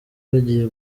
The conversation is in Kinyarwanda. bagiye